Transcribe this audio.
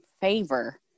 favor